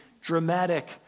dramatic